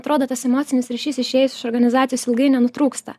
atrodo tas emocinis ryšys išėjus iš organizacijos ilgai nenutrūksta